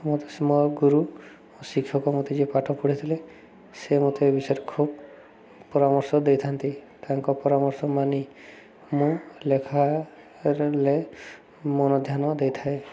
ମୋତେ ମୋ ଗୁରୁ ଶିକ୍ଷକ ମୋତେ ଯିଏ ପାଠ ପଢ଼ିଥିଲେ ସେ ମୋତେ ବିଷୟରେ ଖୁବ ପରାମର୍ଶ ଦେଇଥାନ୍ତି ତାଙ୍କ ପରାମର୍ଶ ମାନି ମୁଁ ଲେଖିଲେ ମନ ଧ୍ୟାନ ଦେଇଥାଏ